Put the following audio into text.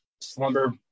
slumber